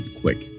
quick